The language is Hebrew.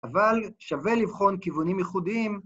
אבל שווה לבחון כיוונים ייחודיים